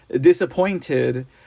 disappointed